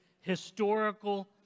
historical